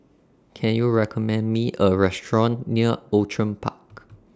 Can YOU recommend Me A Restaurant near Outram Park